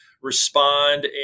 respond